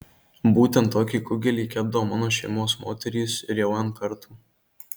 būtent tokį kugelį kepdavo mano šeimos moterys ir jau n kartų